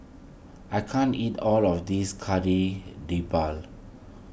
I can't eat all of this Kari Debal